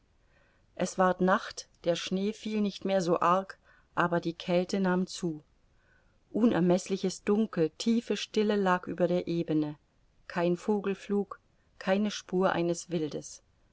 es ward nacht der schnee fiel nicht mehr so arg aber die kälte nahm zu unermeßliches dunkel tiefe stille lag über der ebene kein vogelflug keine spur eines wildes